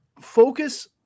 focus